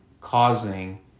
causing